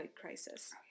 crisis